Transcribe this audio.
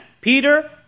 Peter